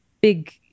big